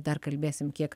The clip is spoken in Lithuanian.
dar kalbėsim kiek